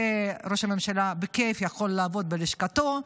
וראש הממשלה בכיף יכול לעבוד בלשכתו,